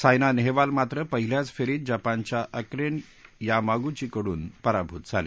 सायना नेहवाल मात्र पहिल्याचं फेरीत जपानच्या अकेंन यामागुची कडून पराभूत झाली